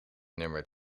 nummer